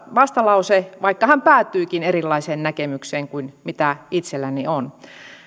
vastalause vaikka hän päätyikin erilaiseen näkemykseen kuin mitä itselläni on